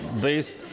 based